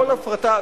כל הפרטה,